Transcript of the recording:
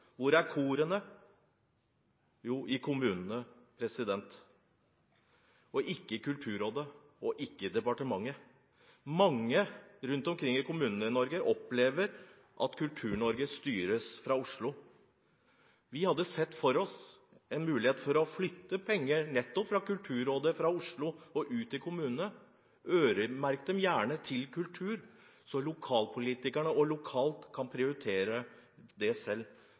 Hvor er korene? Jo, i kommunene, ikke i Kulturrådet og ikke i departementet. Mange rundt omkring i kommunene i Norge opplever at Kultur-Norge styres fra Oslo. Vi hadde sett for oss en mulighet for å flytte penger nettopp fra Kulturrådet, fra Oslo, og ut til kommunene – øremerk dem gjerne til kultur, så lokalpolitikerne og de lokalt kan prioritere det selv.